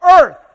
earth